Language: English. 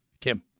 Kim